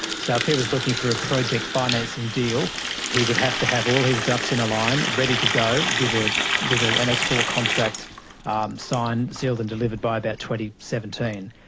so if he was looking for a project financing deal he would have to have all his ducks in a line ready to go with ah with ah an export contract signed, sealed and delivered by about seventeen,